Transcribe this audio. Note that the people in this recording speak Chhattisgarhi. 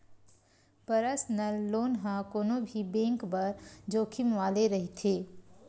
परसनल लोन ह कोनो भी बेंक बर जोखिम वाले रहिथे